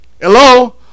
Hello